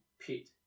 pit